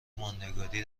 ماندگاری